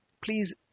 please